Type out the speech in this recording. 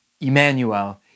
Emmanuel